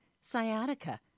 sciatica